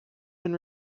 been